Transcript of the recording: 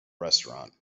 restaurant